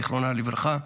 זיכרונה לברכה,